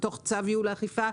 בתוך צו ייעול האכיפה.